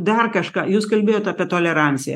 dar kažką jūs kalbėjot apie toleranciją